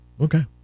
Okay